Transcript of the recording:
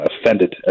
Offended